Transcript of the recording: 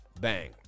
bang